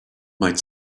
might